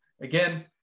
again